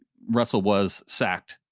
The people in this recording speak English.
russell was sacked,